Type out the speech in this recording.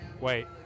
Wait